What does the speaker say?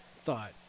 thought